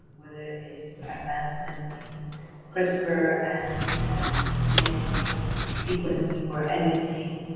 whether it's advancement in whispr and dna sequencing or editing,